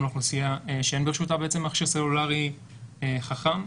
לאוכלוסייה שאין ברשותה מכשיר סלולרי חכם.